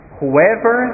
whoever